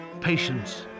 patience